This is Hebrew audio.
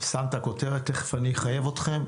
שמת כותרת, תכף אני אחייב אתכם.